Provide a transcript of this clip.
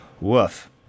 Woof